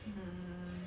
mm